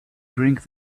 drink